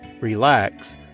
relax